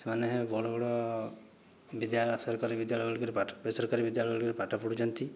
ସେମାନେ ବଡ଼ ବଡ଼ ବିଦ୍ୟାଳୟ ସରକାରୀ ବିଦ୍ୟାଳୟ ଗୁଡ଼ିକରେ ପାଠ ବେସରକାରୀ ବିଦ୍ୟାଳୟ ଗୁଡ଼ିକରେ ପାଠ ପଢ଼ୁଛନ୍ତି